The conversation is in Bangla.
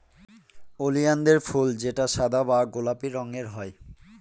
ওলিয়ানদের ফুল যেটা সাদা বা গোলাপি রঙের হয়